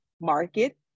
market